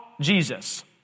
Jesus